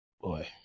boy